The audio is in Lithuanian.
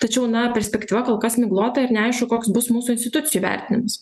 tačiau na perspektyva kol kas miglota ir neaišku koks bus mūsų institucijų vertinimas